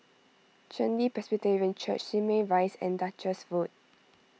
Chen Li Presbyterian Church Simei Rise and Duchess Food